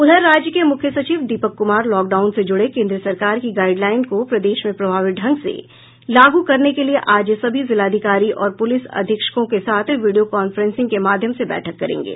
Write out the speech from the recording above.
उधर राज्य के मुख्य सचिव दीपक कुमार लॉकडाउन से जुड़े केंद्र सरकार की गाईडलाइन को प्रदेश में प्रभावी ढंग से लागू करने के लिये आज सभी जिलाधिकारी और पुलिस अधीक्षकों के साथ वीडियों कांफ्रेंसिंग के माध्यम से बैठक करेंगे